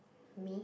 me